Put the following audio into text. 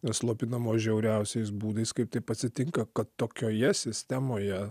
nuslopinamos žiauriausiais būdais kaip taip atsitinka kad tokioje sistemoje